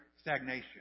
stagnation